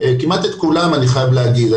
כמעט את כולם אני חייב להגיד,